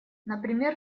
например